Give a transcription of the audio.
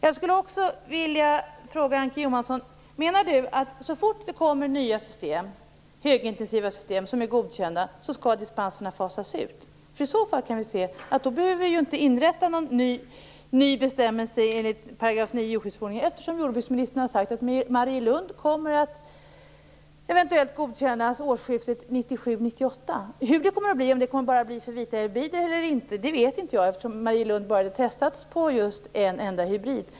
Jag skulle också vilja fråga Ann-Kristine Johansson: Menar Ann-Kristine Johansson att så fort det kommer nya högintensiva system som är godkända skall dispenserna fasas ut? I så fall behöver vi inte inrätta någon ny bestämmelse i 9 § djurskyddsförordningen, eftersom jordbruksministern har sagt att Marielund kommer att eventuellt godkännas årsskiftet 1997/98. Hur det kommer att bli och om det bara kommer att bli för dessa hybrider eller inte vet jag inte, eftersom Marielund bara är testats på just en enda hybrid.